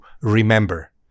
remember